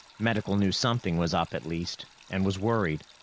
medical knew something was up, at least, and was worried.